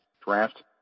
draft